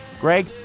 Greg